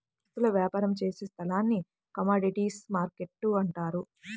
వస్తువుల వ్యాపారం చేసే స్థలాన్ని కమోడీటీస్ మార్కెట్టు అంటారు